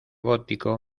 gótico